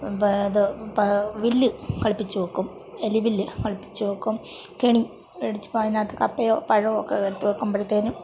ഇത് വില്ല് കളിപ്പിച്ച് വെക്കും എലിവില്ല് കളിപ്പിച്ച് വെക്കും കെണി എടുത്ത് അതിനകത്ത് കപ്പയോ പഴവോ ഒക്കെ എടുത്ത് വെക്കുമ്പോഴത്തേക്കും